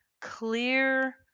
clear